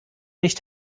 nicht